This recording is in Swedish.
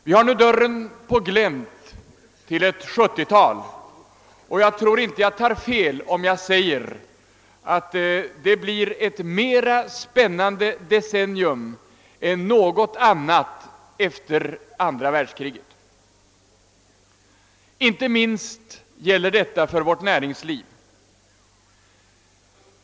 Vi har nu dörren på glänt till 1970-talet, och jag tror inte jag tar fel om jag säger att det blir ett mer spännande decennium än något annat efter andra världskriget. Inte minst gäller detta för vårt näringsliv.